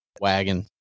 Wagon